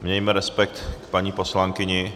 Mějme respekt k paní poslankyni.